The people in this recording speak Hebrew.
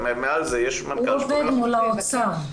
ומעל זה יש מנכ"ל --- הוא עובד מול האוצר.